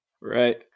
Right